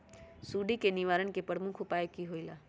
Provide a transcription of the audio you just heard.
सुडी के निवारण के प्रमुख उपाय कि होइला?